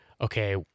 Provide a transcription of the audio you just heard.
okay